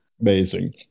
amazing